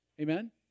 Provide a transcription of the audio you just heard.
amen